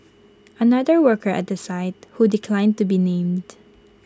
another worker at the site who declined to be named